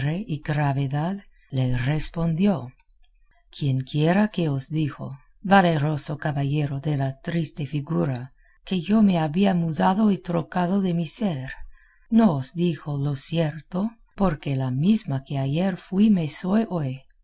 y gravedad le respondió quienquiera que os dijo valeroso caballero de la triste figura que yo me había mudado y trocado de mi ser no os dijo lo cierto porque la misma que ayer fui me